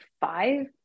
five